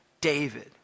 David